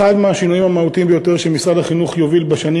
אחד השינויים המהותיים ביותר שמשרד החינוך יוביל בשנים